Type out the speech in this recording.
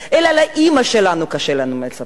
אלא לאמא שלנו קשה לנו לספר.